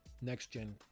next-gen